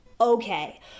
Okay